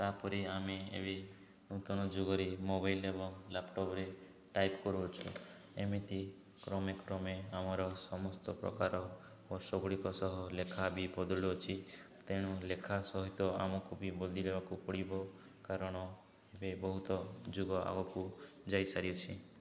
ତା'ପରେ ଆମେ ଏବେ ନୂତନ ଯୁଗରେ ମୋବାଇଲ ଏବଂ ଲ୍ୟାପଟପ୍ରେ ଟାଇପ୍ କରୁଛୁ ଏମିତି କ୍ରମେ କ୍ରମେ ଆମର ସମସ୍ତ ପ୍ରକାର ବର୍ଷ ଗୁଡ଼ିକ ସହ ଲେଖା ବି ବଦଳୁ ଅଛି ତେଣୁ ଲେଖା ସହିତ ଆମକୁ ବି ବଦଳିବାକୁ ପଡ଼ିବ କାରଣ ଏବେ ବହୁତ ଯୁଗ ଆଗକୁ ଯାଇସାରିଅଛି